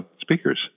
speakers